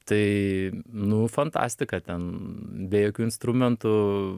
tai nu fantastika ten be jokių instrumentų